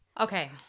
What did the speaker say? Okay